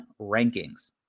rankings